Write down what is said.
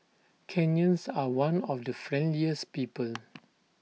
Kenyans are one of the friendliest people